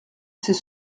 sait